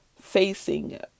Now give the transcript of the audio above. facing